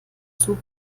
zug